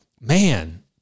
man